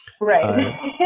right